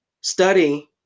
study